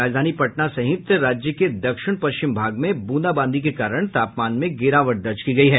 राजधानी पटना सहित राज्य के दक्षिण पश्चिम भाग में ब्रंदाबांदी के कारण तापमान में गिरावट दर्ज की गयी है